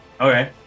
Okay